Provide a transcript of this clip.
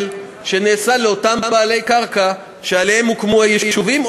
שנעשה לאותם בעלי קרקע שעליה הוקמו היישובים,